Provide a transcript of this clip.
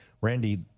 Randy